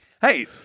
hey